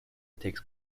takes